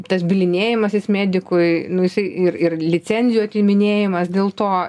tas bylinėjimasis medikų nu jisai ir ir licencijų atiminėjimas dėl to